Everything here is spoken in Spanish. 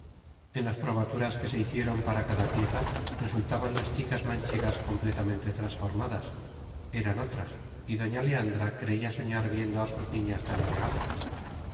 en las probaturas que se hicieron para cada pieza resultaban las chicas manchegas completamente transformadas eran otras y doña leandra creía soñar viendo a sus niñas tan elegantes